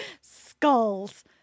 skulls